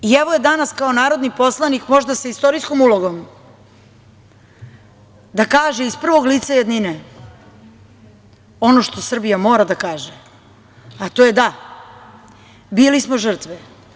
I evo je danas kao narodni poslanik, možda sa istorijskom ulogom, da kaže iz prvog lica jednine, ono što Srbija mora da kaže, a to je - Da, bili smo žrtve!